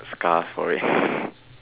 scars for it